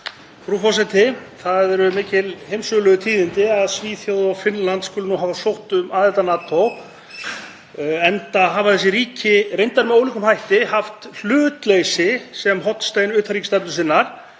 Frú forseti. Það eru mikil heimssögulegu tíðindi að Svíþjóð og Finnland skuli nú hafa sótt um aðild að NATO enda hafa þessi ríki, reyndar með ólíkum hætti, haft hlutleysi sem hornstein utanríkisstefnu sinnar,